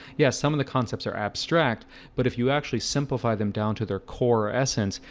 yes, some of the concepts are abstract but if you actually simplify them down to their core essence,